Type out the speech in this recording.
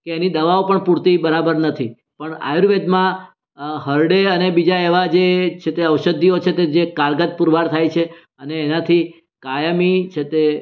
કે એની દવાઓ પણ પૂરતી બરાબર નથી પણ આયુર્વેદમાં હરડે અને બીજા એવાં જે છે તે ઔષધિઓ છે તે જે કારગર પુરવાર થાય છે અને એનાથી કાયમી છે તે